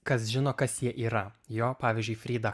kas žino kas jie yra jo pavyzdžiui frida